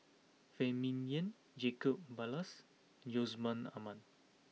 Phan Ming Yen Jacob Ballas Yusman Aman